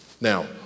Now